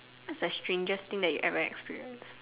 what's the strangest thing that you ever experienced